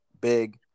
big